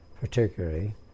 particularly